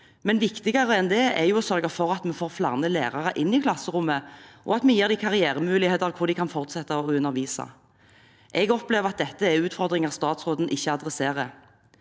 men viktigere enn det er jo å sørge for at vi får flere lærere inn i klasserommet, og at vi gir dem karrieremuligheter hvor de kan fortsette å undervise. Jeg opplever at dette er utfordringer statsråden ikke tar tak i.